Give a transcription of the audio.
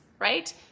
right